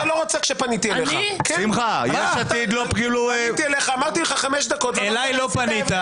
יצאנו להפסקה עד השעה 10:58. (הישיבה נפסקה